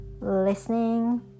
listening